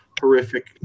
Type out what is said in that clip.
horrific